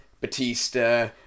Batista